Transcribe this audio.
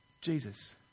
Jesus